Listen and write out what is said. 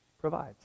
provides